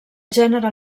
gènere